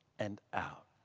and out.